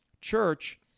church